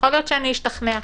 יכול להיות שאני אשתכנע.